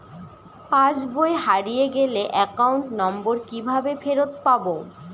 পাসবই হারিয়ে গেলে account number কিভাবে ফেরত পাব?